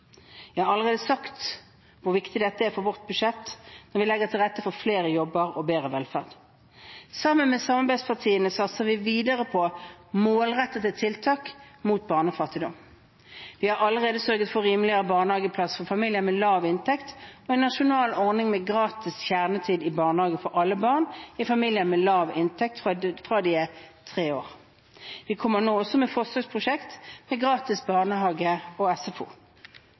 Jeg har allerede sagt hvor viktig dette er for vårt budsjett, når vi legger til rette for flere jobber og bedre velferd. Sammen med samarbeidspartiene satser vi videre på målrettede tiltak mot barnefattigdom. Vi har allerede sørget for rimeligere barnehageplasser for familier med lav inntekt og en nasjonal ordning med gratis kjernetid i barnehage for alle barn fra de er tre år – barn fra familier med lav inntekt. Vi kommer også med forsøksprosjekt med gratis barnehage og SFO.